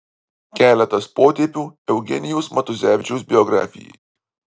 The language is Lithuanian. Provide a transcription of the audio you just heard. keletas potėpių eugenijaus matuzevičiaus biografijai